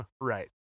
Right